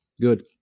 Good